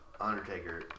Undertaker